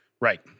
Right